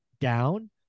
down